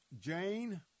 Jane